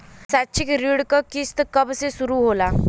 शैक्षिक ऋण क किस्त कब से शुरू होला?